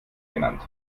genannt